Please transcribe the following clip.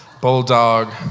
Bulldog